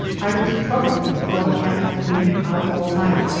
i was troubled at the thought of having to leave him out all night,